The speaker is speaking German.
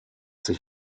sich